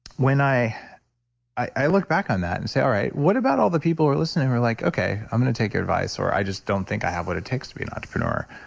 when i i look back on that and say, all right what about all the people are listening? who're like, okay, i'm going to take your advice. or i just don't think i have what it takes to be an entrepreneur.